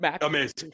amazing